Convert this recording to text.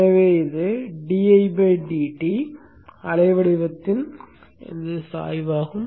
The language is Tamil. எனவே இது அலைவடிவத்தின் சாய்வாகும்